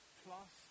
plus